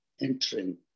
entering